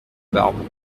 barbe